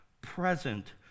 present